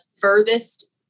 furthest